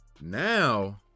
now